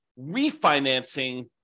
refinancing